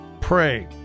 Pray